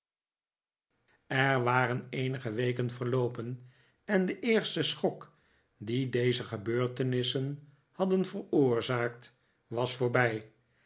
er waren eenige weken verloopen en de eerste schok die deze gebeurtenissen hadden veroorzaakt was voorbij